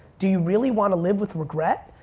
do you really wanna live with regret?